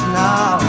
now